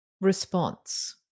response